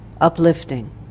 uplifting